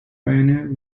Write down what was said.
pioneer